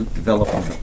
developing